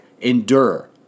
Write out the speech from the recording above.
Endure